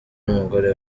n’umugore